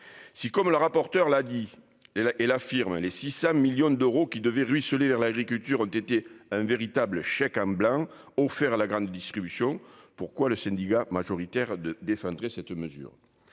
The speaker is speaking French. Si, comme la rapporteure l'affirme, les 600 millions d'euros qui devaient ruisseler vers l'agriculture ont été un véritable chèque en blanc offert à la grande distribution, pourquoi le syndicat majoritaire défendrait-il cette mesure ?